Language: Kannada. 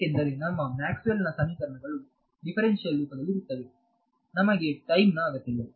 ಏಕೆಂದರೆ ನಮ್ಮ ಮ್ಯಾಕ್ಸ್ವೆಲ್ನ ಸಮೀಕರಣಗಳುದಿಫರೆನ್ಸಿಯಲ್ ರೂಪದಲ್ಲಿರುತ್ತವೆ ನಮಗೆ ಟೈಮ್ ನ ಅಗತ್ಯವಿದೆ